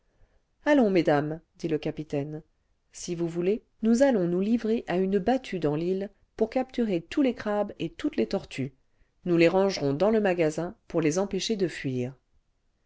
allons mesdames dit le capitaine si vous voulez nous allons nous livrer à une battue dans l'île pour capturer tous les crabes et toutes les tortues nous les rangerons dans le magasin pour les empêcher de fuir